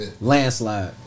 Landslide